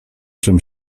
czym